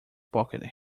pocket